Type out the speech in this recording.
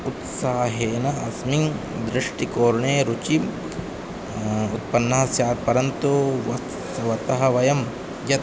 उत्साहेन अस्मिन् दृष्टिकोणे रुचिः उत्पन्ना स्यात् परन्तु वत्सवतः वयं यत्